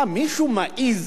מה, מישהו מעז,